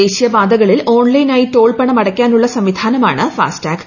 ദേശീയ പാതകളിൽ ഓൺലൈനായി ടോൾ പണം അടയ്ക്കാനുള്ള സംവിധാനമാണ് ഫാസ്ടാഗ്